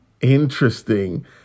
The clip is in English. Interesting